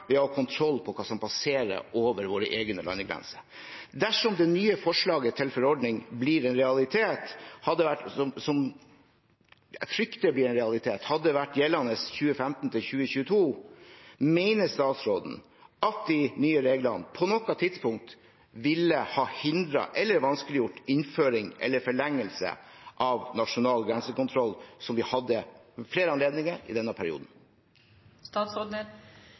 ved å ha kontroll på hva som passerer over våre egne landegrenser? Dersom det nye forslaget til forordning – som jeg frykter blir en realitet – hadde vært gjeldende i 2015–2022, mener statsråden at de nye reglene på noe tidspunkt ville ha hindret eller vanskeliggjort innføring eller forlengelse av nasjonal grensekontroll, som vi hadde ved flere anledninger i denne perioden?